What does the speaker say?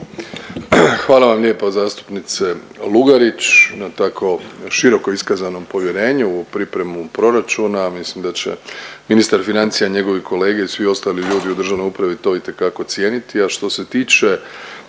Hvala vam lijepo zastupnice Lugarić na tako široko iskazanom povjerenju. Ovu pripremu proračuna mislim da će ministar financija i njegovi kolege i svi ostali ljudi u državnoj upravo to itekako cijeniti,